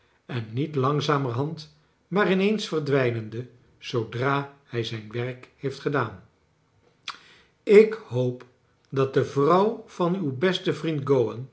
en niet langzamerhand maar in eens verdwijnende zoodra hij zijn werk heeft gedaan ik hoop dat de vrouw van uw besten vriend